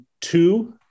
two